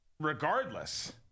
Regardless